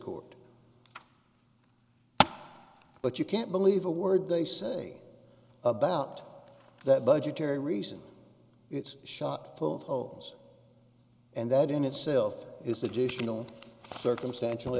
court but you can't believe a word they say about that budgetary reason it's shot full of holes and that in itself is additional circumstantial